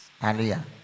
Hallelujah